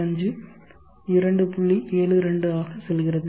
65 272 ஆக செல்கிறது